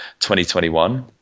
2021